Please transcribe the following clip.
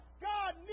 God